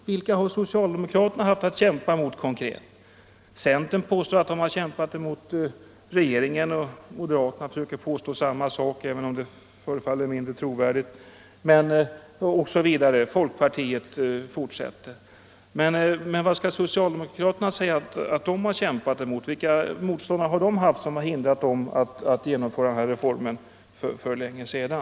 Vilka har socialdemokraterna konkret haft att kämpa mot? Centern påstår att man kämpat mot regeringen, och moderaterna försöker påstå detsamma, även om det verkar mindre trovärdigt. Också folkpartiet hävdar detsamma. Vilka motståndare har hindrat socialdemokraterna från att genomföra denna reform för länge sedan?